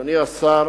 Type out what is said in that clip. אדוני השר,